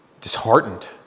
disheartened